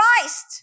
Christ